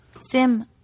Sim